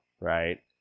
right